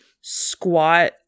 squat